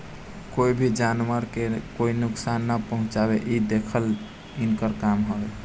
कोई भी जानवर के कोई नुकसान ना पहुँचावे इ देखल इनकर काम हवे